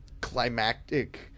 climactic